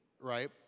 right